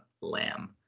Lamb